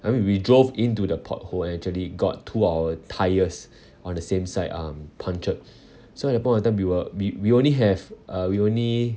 I mean we drove into the pothole and actually got two of our tyres on the same side um punctured so at that point of time we were we we only have uh we only